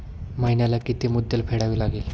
महिन्याला किती मुद्दल फेडावी लागेल?